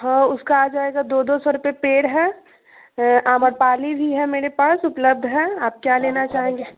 हाँ उसका आ जाएगा दो दो सौ रुपये पेड़ हैं अम्रपाली भी है मेरे पास उपलब्ध है आप क्या लेना चाहेंगे